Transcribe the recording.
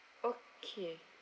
okay